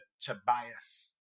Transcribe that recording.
Tobias